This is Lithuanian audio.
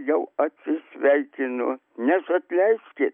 jau atsisveikinu nes atleiskit